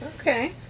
Okay